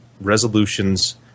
resolutions